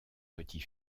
petit